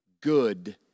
good